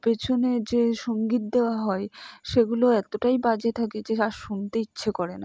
পেছনে যে সঙ্গীত দেওয়া হয় সেগুলো এতটাই বাজে থাকে যে আর শুনতে ইচ্ছে করে না